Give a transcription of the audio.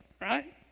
right